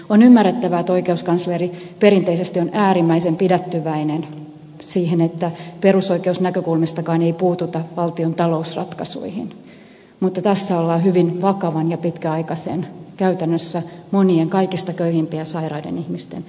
on ymmärrettävää että oikeuskansleri perinteisesti on äärimmäisen pidättyväinen siinä että perusoikeusnäkökulmistakaan ei puututa valtion talousratkaisuihin mutta tässä ollaan hyvin vakavan ja pitkäaikaisen ongelman edessä käytännössä monien kaikista köyhimpien ja sairaiden ihmisten asialla